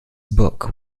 book